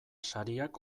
sariak